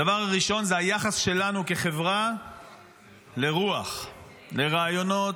הדבר הראשון זה היחס שלנו כחברה לרוח, לרעיונות,